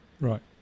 Right